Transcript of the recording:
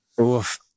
Oof